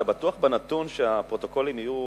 אתה בטוח בנתון שהפרוטוקולים יהיו